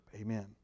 amen